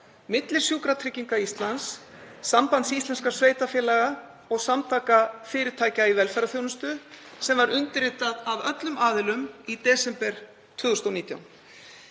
milli Sjúkratrygginga Íslands, Sambands íslenskra sveitarfélaga og Samtaka fyrirtækja í velferðarþjónustu sem undirritað var af öllum aðilum í desember 2019.